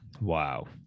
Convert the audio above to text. Wow